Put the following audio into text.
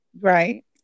Right